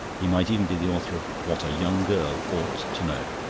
he might even be the author of what a young girl ought to know.